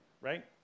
Right